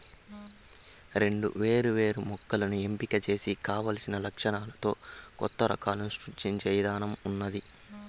రెండు వేరు వేరు మొక్కలను ఎంపిక చేసి కావలసిన లక్షణాలతో కొత్త రకాలను సృష్టించే ఇధానం ఉన్నాది